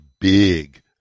big